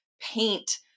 paint